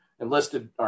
Enlisted